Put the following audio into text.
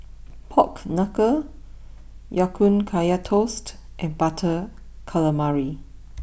Pork Knuckle Ya Kun Kaya Toast and Butter Calamari